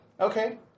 Okay